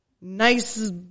nice